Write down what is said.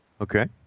okay